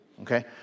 Okay